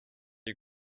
you